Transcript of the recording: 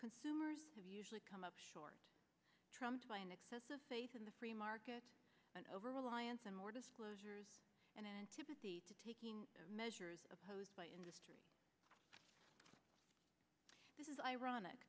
consumers have usually come up short trumped by an excess of faith in the free market and over reliance on more disclosures and antipathy to taking measures opposed by industry this is ironic